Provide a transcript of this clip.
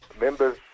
members